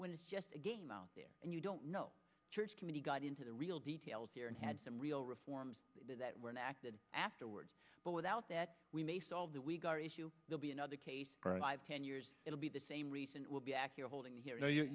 when it's just a game out there and you don't know church committee got into the real details here and had some real reforms that were enacted afterwards but without that we may solve the wig our issue will be another case five ten years it'll be the same reason it will be accurate holding hearings you're